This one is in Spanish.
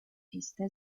está